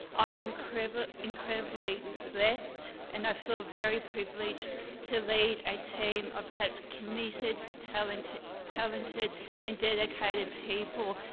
um incredibly incredibly blessed and i feel very privileged to lead a team of such committed talented talented and dedicated people.